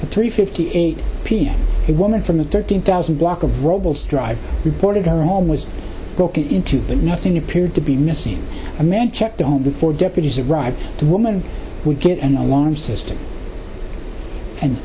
or three fifty eight p m it woman from the thirteen thousand block of robles drive reported her home was broken into but nothing appeared to be missing a man checked on before deputies arrived the woman would get an alarm system and